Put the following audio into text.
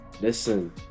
Listen